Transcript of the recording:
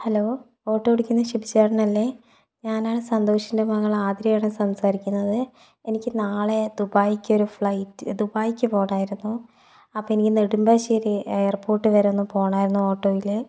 hello auto ഓടിക്കുന്ന ഷിബുച്ചേട്ടനല്ലേ ഞാനാണ് സന്തോഷിൻ്റെ മകൾ ആതിരയാണ് സംസാരിക്കുന്നത് എനിക്ക് നാളെ ദുബായിലേക്ക് ഒരു ഫ്ലൈറ്റ് ദുബായിലേക്ക് പോകണമായിരുന്നു അപ്പോൾ എനിക്ക് നെടുമ്പാശ്ശേരി എയർപോർട്ട് വരെ ഒന്ന് പോകണമായിരുന്നു ഓട്ടോയിൽ